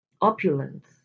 opulence